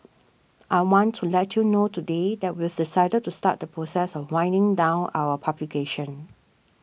I want to let you know today that we've decided to start the process of winding down our publication